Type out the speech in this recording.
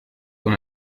con